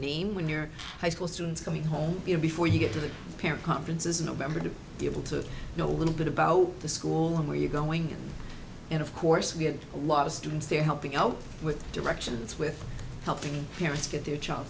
name when you're high school students coming home before you get to the parent conferences in november to be able to know a little bit about the school and where you're going and of course we have a lot of students there helping out with directions with helping parents get their child